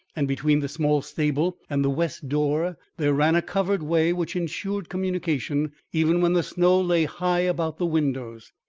and between the small stable and the west door there ran a covered way which insured communication, even when the snow lay high about the windows.